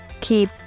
keep